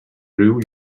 riu